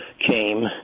Came